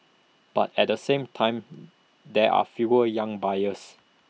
but at the same time there are fewer young buyers